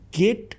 get